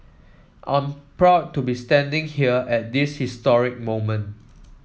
I'm proud to be standing here at this history moment